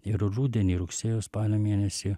ir rudenį rugsėjo spalio mėnesį